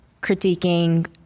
critiquing